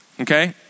Okay